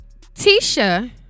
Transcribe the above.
Tisha